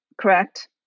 correct